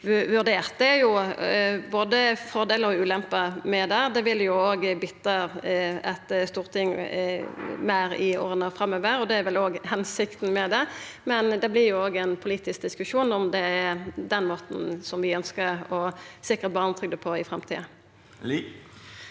Det er både fordelar og ulemper med det. Det vil òg binda eit storting meir i åra framover, og det er vel òg hensikta med det. Men det vert jo ein politisk diskusjon om det er den måten vi ønskjer å sikra barnetrygda på i framtida.